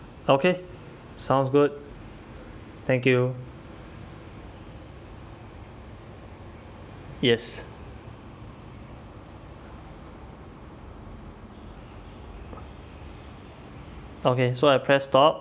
okay sounds good thank you yes okay so I press stop